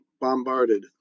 bombarded